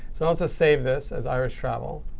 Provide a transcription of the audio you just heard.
so i'll just save this as irish travel.